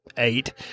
eight